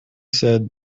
said